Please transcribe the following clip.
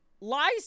lies